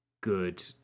good